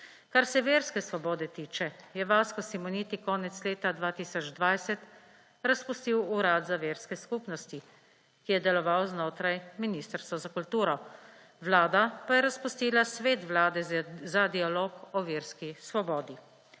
Kar se verske svobode tiče, je Vasko Simoniti konec leta 2020 razpustil Urad za verske skupnosti, ki je deloval znotraj Ministrstva za kulturo. Vlada pa je razpustila Svet Vlade za dialog o verski svobodi.